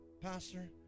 Pastor